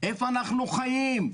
איפה אנחנו חיים?